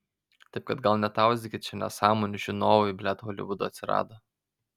taip kad gal netauzykit čia nesąmonių žinovai blet holivudo atsirado